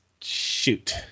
shoot